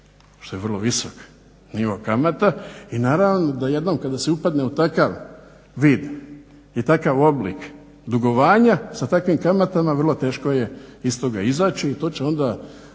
što je vrlo visok nivo kamata. I naravno da jednom kada se upadne u takav vid i takav oblik dugovanja, sa takvim kamatama vrlo teško je istoga izaći i to će onda